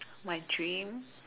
my dream